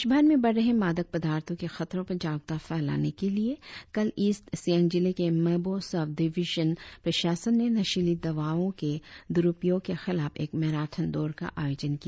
देश भर में बढ़ रहे मादक पदार्थों के खतरों पर जागरुकता फैलाने के लिए कल ईस्ट सियांग जिले के मेबो सब डिविजन प्रशासन ने नशीली दवाओं के दुरुपयोग के खिलाफ एक मैराथन दौड़ का आयोजन किया